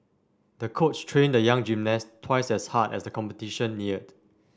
the coach trained the young gymnast twice as hard as the competition neared